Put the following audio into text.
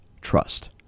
trust